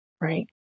Right